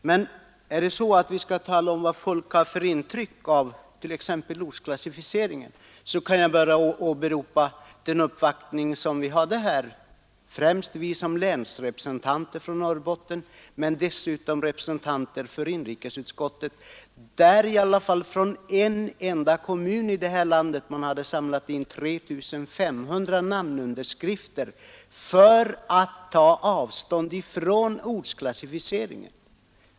Men skall vi tala om vad folk har för intryck av t.ex. ortsklassificeringen kan jag bara åberopa den uppvaktning som gjordes här — främst hos oss som är länsrepresentanter från Norrbotten men också hos representanter för inrikesutskottet. I en enda kommun i vårt land hade man samlat in 3 500 namnunderskrifter för att visa att människorna vill ta avstånd från ortsklassificeringen.